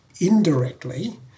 indirectly